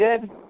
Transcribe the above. good